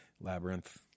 Labyrinth